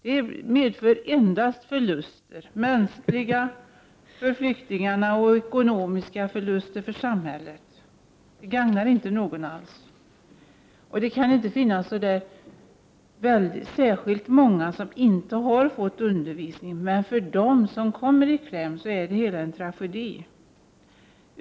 Det medför endast förluster — mänskliga förluster för flyktingar och ekonomiska förluster för samhället. Det gagnar inte någon. Det kan inte handla om särskilt många personer som inte har fått undervisning, men för dem som kommer i kläm är det hela en tragedi.